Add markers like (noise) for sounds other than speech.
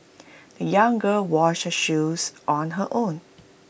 (noise) the young girl washed her shoes on her own